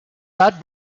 that